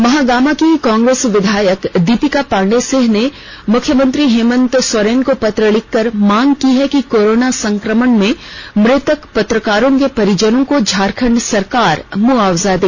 महागामा की विधायक कांग्रेस दीपिका पांडे सिंह ने मुख्यमंत्री हेमंत सोरेन को पत्र लिखकर मांग की है कि कोरोना संक्रमण में मृतक पत्रकारों के परिजनों को झारखंड सरकार मुआवजा दे